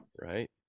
right